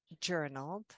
journaled